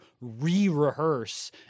re-rehearse